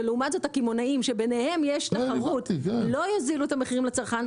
ולעומת זאת הקמעונאים לא יוזילו את המחירים לצרכן,